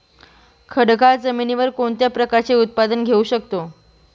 खडकाळ जमिनीवर कोणत्या प्रकारचे उत्पादन घेऊ शकतो?